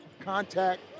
contact